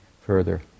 further